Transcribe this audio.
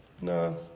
No